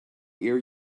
ear